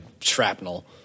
shrapnel